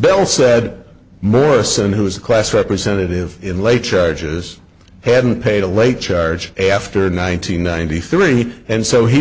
bill said morrison who is a class representative in late charges hadn't paid a late charge after nine hundred ninety three and so he